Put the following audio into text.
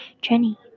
Jenny